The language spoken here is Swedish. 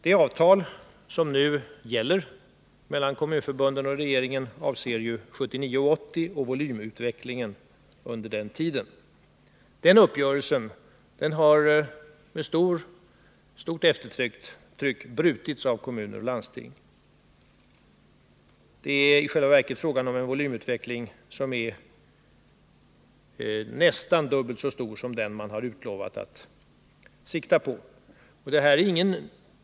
Det avtal som nu gäller mellan kommunförbunden och regeringen avser volymutvecklingen under 1979 och 1980. Den uppgörelsen har brutits av kommuner och landsting med stort eftertryck. Det är i själva verket fråga om en volymutveckling som är nästan dubbelt så stor som den man lovat sikta på.